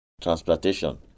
transplantation